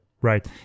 right